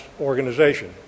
organization